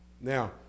Now